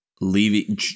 leaving –